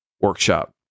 workshop